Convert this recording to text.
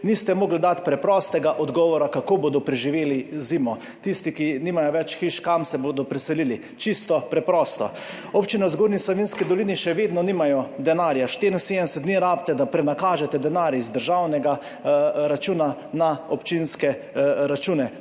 niste mogli dati preprostega odgovora, kako bodo preživeli zimo. Tisti, ki nimajo več hiš, kam se bodo preselili? Čisto preprosto. Občine v Zgornji Savinjski dolini še vedno nimajo denarja, 74 dni rabite da prenakažete denar z državnega računa na občinske račune,